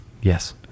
Yes